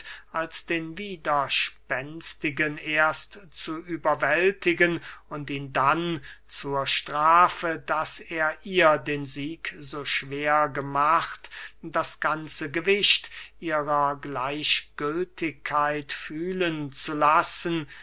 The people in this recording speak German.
als den widerspenstigen erst zu überwältigen und ihn dann zur strafe daß er ihr den sieg so schwer gemacht das ganze gewicht ihrer gleichgültigkeit fühlen zu lassen